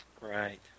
Right